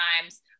times